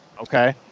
okay